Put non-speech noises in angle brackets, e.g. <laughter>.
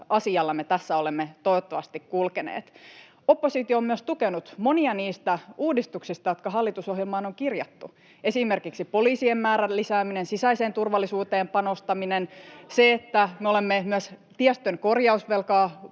me tässä olemme toivottavasti kulkeneet. Oppositio on myös tukenut monia niistä uudistuksista, jotka hallitusohjelmaan on kirjattu, esimerkiksi poliisien määrän lisääminen, sisäiseen turvallisuuteen panostaminen <noise> ja